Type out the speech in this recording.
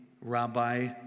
rabbi